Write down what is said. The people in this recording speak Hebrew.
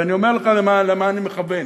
ואני אומר לך למה אני מכוון: